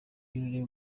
y’ururimi